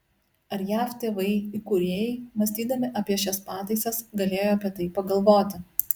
ar jav tėvai įkūrėjai mąstydami apie šias pataisas galėjo apie tai pagalvoti